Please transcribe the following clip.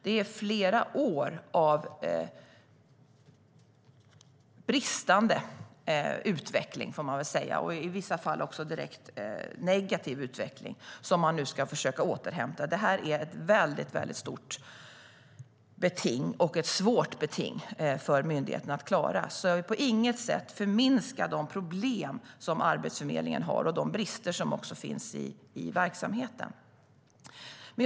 Det är flera år av bristande - får man väl säga - och i vissa fall också direkt negativ utveckling som man nu ska försöka återhämta. Det här är ett stort beting, och ett svårt beting, för myndigheten att klara. Jag vill på inget sätt förminska de problem som Arbetsförmedlingen har och de brister som finns i verksamheten.